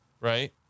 right